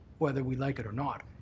whether we like it or not,